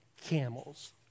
camels